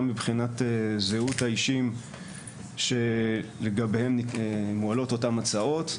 מבחינת זהות האישים שלגביהם מועלות אותן הצעות,